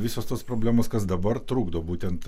visos tos problemos kas dabar trukdo būtent